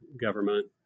government